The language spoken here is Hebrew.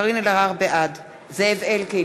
בעד זאב אלקין,